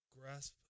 grasp